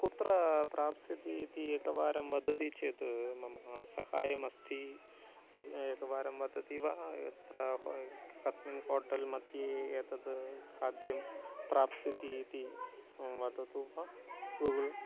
कुत्र प्राप्स्यति इति एकवारं वदति चेत् मम सहाय्यमस्ति एकवारं वदति वा यत्राह्वय कस्मिन् होटल्मध्ये एतद् खाद्यं प्राप्स्यति इति वदतु वा गूगुळ्